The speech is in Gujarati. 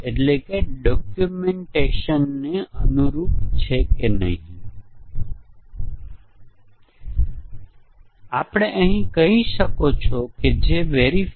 તેઓ અહીં માત્ર કેટલાક ડમી ટેસ્ટ કેસ ખૂબ જ સરળ ટેસ્ટ કેસ અથવા લો લેવલ પ્રોગ્રામ્સનું ટેસ્ટીંગ કરે છે